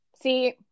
see